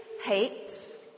hates